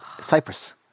Cyprus